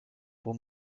pour